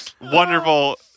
wonderful